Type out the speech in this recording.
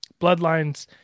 bloodlines